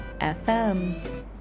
FM